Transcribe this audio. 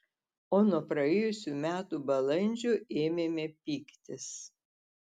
o nuo praėjusių metų balandžio ėmėme pyktis